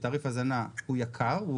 כשתעריף הזנה הוא יקר,